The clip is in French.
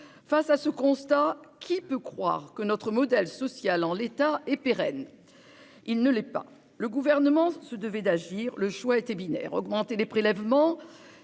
Face à ce constat, qui peut croire que notre modèle social, en l'état, est pérenne ? Il ne l'est pas. Le Gouvernement se devait d'agir. Le choix était binaire. Augmenter les prélèvements